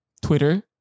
Twitter